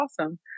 awesome